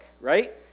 right